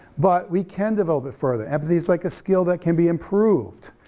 but we can develop it further, empathy is like a skill that can be improved,